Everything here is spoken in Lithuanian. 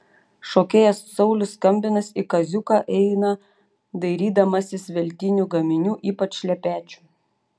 šokėjas saulius skambinas į kaziuką eina dairydamasis veltinių gaminių ypač šlepečių